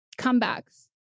comebacks